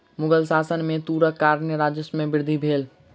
मुग़ल शासन में तूरक कारणेँ राजस्व में वृद्धि भेल